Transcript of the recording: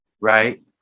right